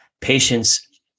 patience